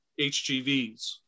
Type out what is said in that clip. HGVs